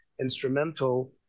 instrumental